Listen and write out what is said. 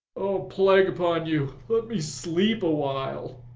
a plague upon you! let me sleep a while.